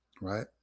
right